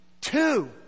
two